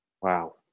Wow